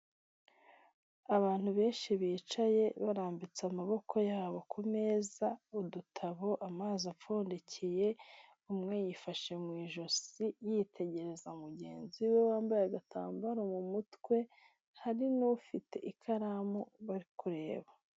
Abantu benshi bicaye barambitse amaboko yabo ku meza, udutabo amazi apfundikiye, umwe yifashe mu ijosi yitegereza mugenzi we wambaye agatambaro mu mutwe, hari n'ufite ikaramu bari kureba.